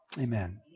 amen